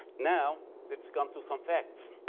now lets come to some facts.